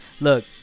Look